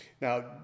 Now